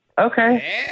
okay